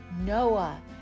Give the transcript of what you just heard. Noah